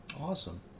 Awesome